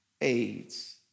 AIDS